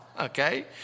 Okay